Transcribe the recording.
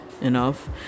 enough